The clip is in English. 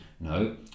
No